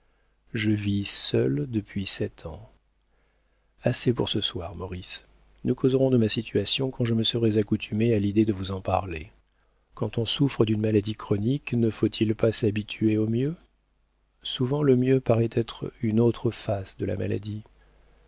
je vis seul depuis sept ans assez pour ce soir maurice nous causerons de ma situation quand je me serai accoutumé à l'idée de vous en parler quand on souffre d'une maladie chronique ne faut-il pas s'habituer au mieux souvent le mieux paraît être une autre face de la maladie